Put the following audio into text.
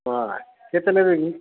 ହଁ କେତେ ନେବେ କି